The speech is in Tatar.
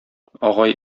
агай